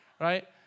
Right